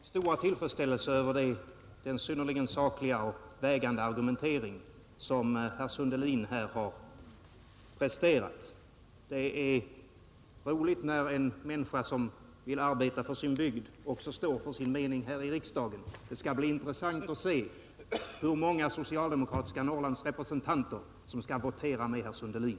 Herr talman! Låt mig bara i korthet uttala min stora tillfredsställelse över den synnerligen sakliga och vägande argumentering som herr Sundelin har presterat. Det är roligt när en människa som vill arbeta för sin bygd också står för sin mening här i riksdagen. Det skall bli intressant att se hur många socialdemokratiska Norrlandsrepresentanter som kommer att votera med herr Sundelin.